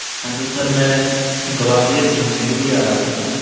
hello sir मैं ग्वालियर घूमने के लिए आ रहा था